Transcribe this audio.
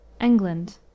england